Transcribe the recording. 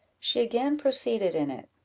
she again proceeded in it.